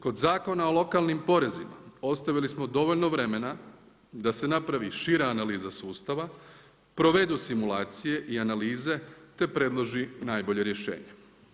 Kod Zakona o lokalnim porezima ostavili smo dovoljno vremena da se napravi šira analiza sustava, provedu simulacije i analize te predloži najbolje rješenje.